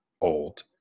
old